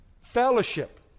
Fellowship